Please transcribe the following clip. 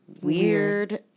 weird